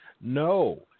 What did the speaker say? No